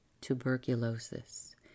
tuberculosis